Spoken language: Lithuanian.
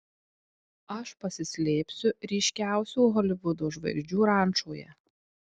aš pasislėpsiu ryškiausių holivudo žvaigždžių rančoje